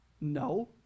No